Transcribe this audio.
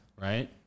Right